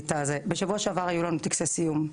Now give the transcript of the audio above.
היו לנו טקסי סיום,